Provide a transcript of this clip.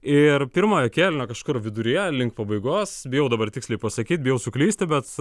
ir pirmojo kėlinio kažkur viduryje link pabaigos bijau dabar tiksliai pasakyt bijau suklysti bet